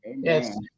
Yes